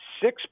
Six